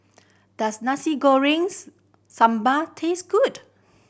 does nasi gorengs sambal taste good